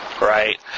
right